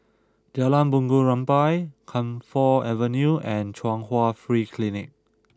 Jalan Bunga Rampai Camphor Avenue and Chung Hwa Free Clinic